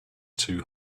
too